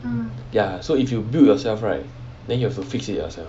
ya so if you build yourself right then you have to fix it yourself